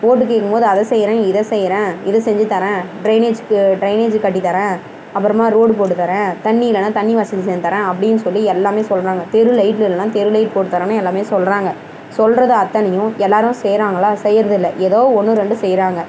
ஓட்டு கேக்கும்போது அதை செய்கிறேன் இது செய்கிறேன் இதை செஞ்சு தர்றேன் டிரைனேஜுக்கு டிரைனேஜி கட்டித்தர்றேன் அப்புறமா ரோடு போட்டு தர்றேன் தண்ணி இல்லைனா தண்ணி வசதி செஞ்சு தர்றேன் அப்டின்னு சொல்லி எல்லாமே சொல்கிறாங்க தெரு லைட்லெல்லாம் தெரு லைட் போட்டு தர்றோம்னு எல்லாமே சொல்கிறாங்க சொல்கிறத அத்தனையும் எல்லோரும் செய்கிறாங்களா செய்கிறதில்ல ஏதோ ஒன்று ரெண்டு செய்கிறாங்க